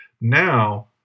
now